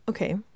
Okay